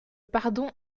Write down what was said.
pardon